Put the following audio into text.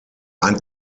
ein